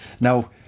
Now